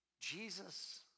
Jesus